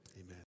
Amen